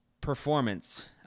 performance